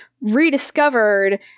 rediscovered